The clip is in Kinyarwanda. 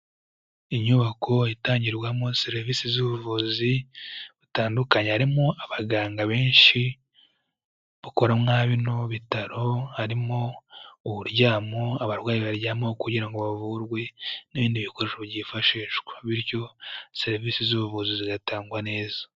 Inyubako itangirwamo serivisi z'ubuvuzi, butandukanye. Harimo abaganga benshi, bakora mwa bino bitaro, harimo uburyamo, abarwayi baryamaho kugira ngo bavurwe, n'ibindi bikoresho byifashishwa. Bityo serivisi z'ubuvuzi zigatangwa neza.